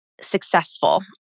successful